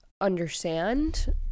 understand